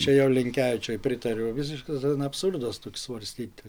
čia jau linkevičiui pritariu visiškas absurdas toks svarstyti